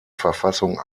verfassung